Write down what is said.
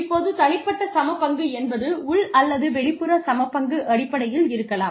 இப்போது தனிப்பட்ட சமபங்கு என்பது உள் அல்லது வெளிப்புற சமபங்கு அடிப்படையில் இருக்கலாம்